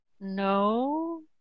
No